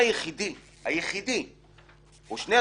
שלא יבוא היועץ המשפטי ויגיד: סליחה,